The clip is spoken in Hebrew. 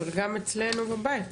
אבל גם אצלנו בבית,